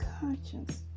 conscience